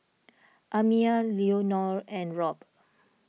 Amiyah Leonor and Rob